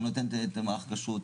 שהוא נותן את מערך הכשרות.